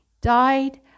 died